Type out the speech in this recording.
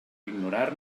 ignorar